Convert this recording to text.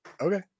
Okay